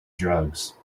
drugs